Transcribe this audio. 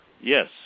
Yes